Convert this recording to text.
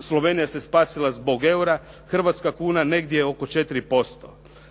Slovenija se spasila zbog eura, Hrvatska kuna negdje oko 4%.